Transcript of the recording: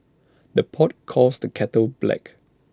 the pot calls the kettle black